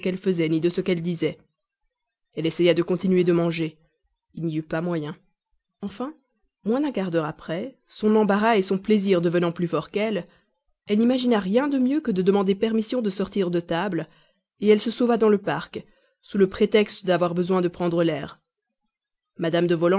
ni de ce qu'elle disait elle essaya de continuer de manger il n'y eut pas moyen enfin moins d'un quart d'heure après son embarras son plaisir devenant plus forts qu'elle elle n'imagina rien de mieux que de demander permission de sortir de table elle se sauva dans le parc sous le prétexte d'avoir besoin de prendre l'air madame